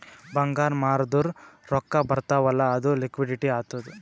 ಬಂಗಾರ್ ಮಾರ್ದುರ್ ರೊಕ್ಕಾ ಬರ್ತಾವ್ ಅಲ್ಲ ಅದು ಲಿಕ್ವಿಡಿಟಿ ಆತ್ತುದ್